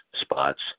spots